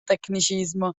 tecnicismo